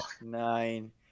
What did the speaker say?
nine